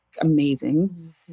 amazing